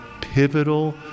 pivotal